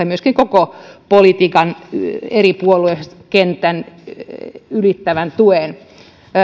myöskin koko politiikan puoluekentän ylittävän tuen